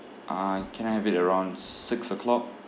uh can I have it around six o'clock